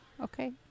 Okay